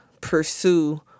pursue